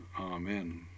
Amen